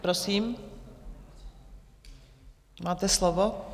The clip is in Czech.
Prosím, máte slovo.